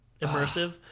immersive